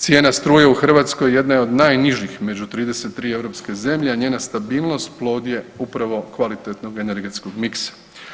Cijena struje u Hrvatskoj jedna je od najnižih među 33 europske zemlje, njena stabilnost plod je upravo kvalitetnog energetskog miksa.